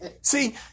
See